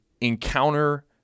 encounter